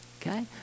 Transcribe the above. okay